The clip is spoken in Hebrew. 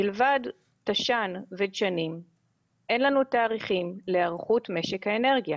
מלבד תש”ן ודשנים אין לנו תאריכים להיערכות משק האנרגיה.